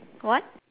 what